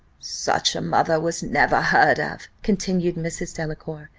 such a mother was never heard of, continued mrs. delacour,